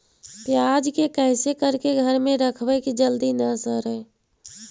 प्याज के कैसे करके घर में रखबै कि जल्दी न सड़ै?